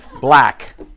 black